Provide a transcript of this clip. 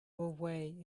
away